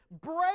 Break